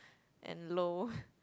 and low